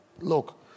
look